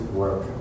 work